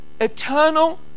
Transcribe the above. eternal